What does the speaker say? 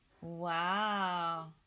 Wow